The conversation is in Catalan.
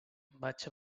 vaig